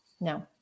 No